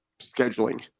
scheduling